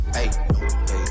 Hey